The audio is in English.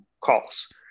calls